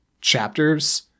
chapters